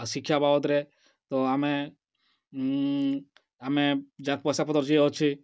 ଆର୍ ଶିକ୍ଷା ବାବଦ୍ରେ ତ ଆମେ ଆମେ ଯାହାର୍ ପଏସାପତର୍ ଯିଏ ଅଛେ